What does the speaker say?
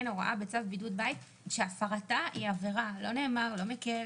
הוראה בצו בידוד בית שהפרתה היא עבירה" לא נאמר: לא "מקל",